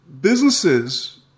Businesses